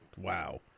wow